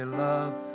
love